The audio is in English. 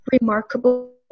remarkable